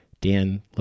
Dan